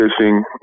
fishing